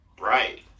Right